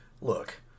Look